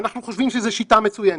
ואנחנו חושבים שזאת שיטה מצוינת.